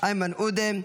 איימן עודה,